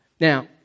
Now